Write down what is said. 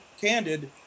candid